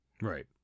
Right